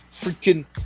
freaking